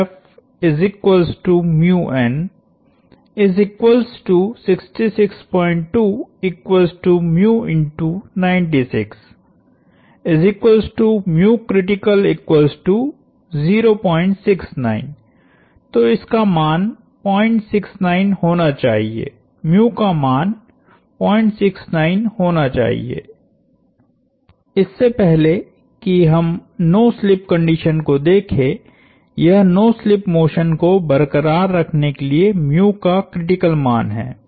तो इसका मान 069 होना चाहिएका मान 069 होना चाहिए इससे पहले कि हम नो स्लिप कंडीशन को देखें यह नो स्लिप मोशन को बरक़रार रखने के लिएका क्रिटिकल मान है